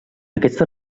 aquesta